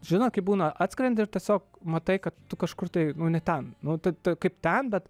žinot kaip būna atskrendi ir tiesiog matai kad tu kažkur tai nu ne ten nu tai kaip ten bet